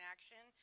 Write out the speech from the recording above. Action